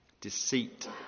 deceit